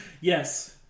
Yes